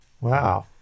Wow